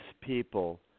people